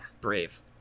Brave